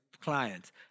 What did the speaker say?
clients